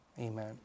Amen